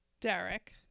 Derek